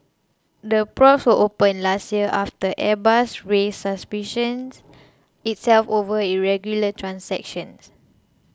the probes were opened last year after Airbus raised suspicions itself over irregular transactions